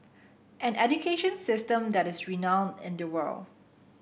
an education system that is renowned in the world